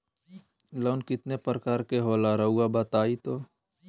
Loan कितने पारकर के होला रऊआ बताई तो?